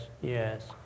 yes